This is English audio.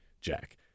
Jack